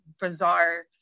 bizarre